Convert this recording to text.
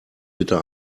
bitte